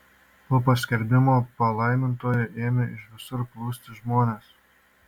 po paskelbimo palaimintuoju ėmė iš visur plūsti žmonės